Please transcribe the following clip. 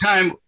time